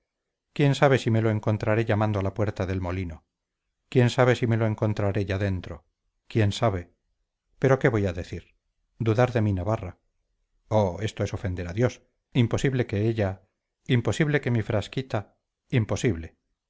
quién sabe si me lo encontraré llamando a la puerta del molino quién sabe si me lo encontraré ya dentro quién sabe pero qué voy a decir dudar de mi navarra oh esto es ofender a dios imposible que ella imposible que mi frasquita imposible